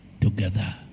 together